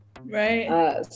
Right